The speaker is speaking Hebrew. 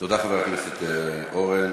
תודה, חבר הכנסת אורן.